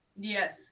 Yes